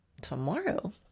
tomorrow